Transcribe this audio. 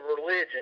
religion